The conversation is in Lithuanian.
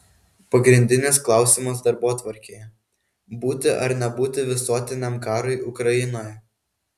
pagrindinis klausimas darbotvarkėje būti ar nebūti visuotiniam karui ukrainoje